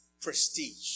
Prestige